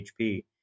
HP